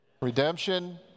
redemption